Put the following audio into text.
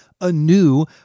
anew